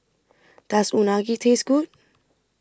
Does Unagi Taste Good